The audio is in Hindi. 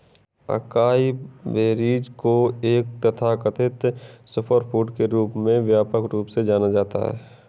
अकाई बेरीज को एक तथाकथित सुपरफूड के रूप में व्यापक रूप से जाना जाता है